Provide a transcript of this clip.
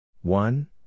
One